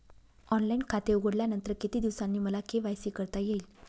Online खाते उघडल्यानंतर किती दिवसांनी मला के.वाय.सी करता येईल?